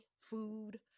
food